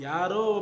Yaro